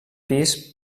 pis